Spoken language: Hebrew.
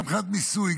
גם מבחינת המיסוי,